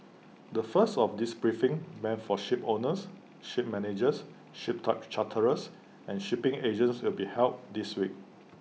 the first of these briefings meant for shipowners ship managers ship charterers and shipping agents will be held this week